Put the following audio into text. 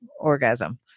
orgasm